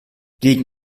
gegen